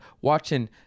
watching